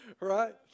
right